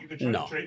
no